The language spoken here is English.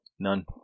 None